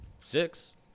six